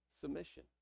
submission